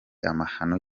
amahano